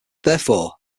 therefore